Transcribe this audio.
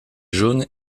jaune